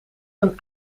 een